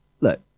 Look